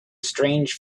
strange